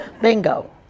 Bingo